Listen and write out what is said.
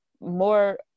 more